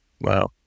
Wow